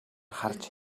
харж